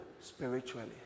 spiritually